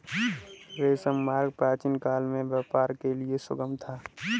रेशम मार्ग प्राचीनकाल में व्यापार के लिए सुगम था